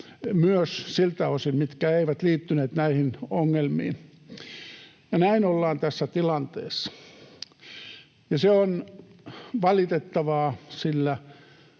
myös siltä osin, mikä ei liittynyt näihin ongelmiin. Näin ollaan tässä tilanteessa, ja se on valitettavaa, sillä